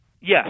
Yes